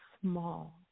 small